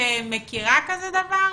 מכירה כזה דבר?